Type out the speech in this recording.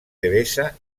devesa